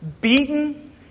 beaten